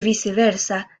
viceversa